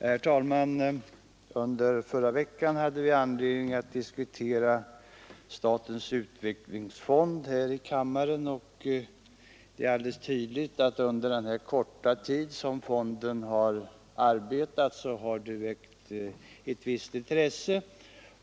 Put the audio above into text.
Herr talman! Under förra veckan hade vi anledning att här i kammaren diskutera statens utvecklingsfond. Det är alldeles tydligt att fonden under den korta tid den arbetat har väckt ett visst intresse.